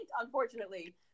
unfortunately